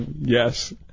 Yes